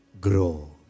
...grow